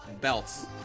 belts